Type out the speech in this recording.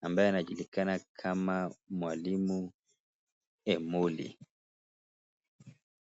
ambaye anajulikana kama mwalimu Emoli.